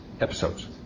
episodes